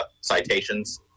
citations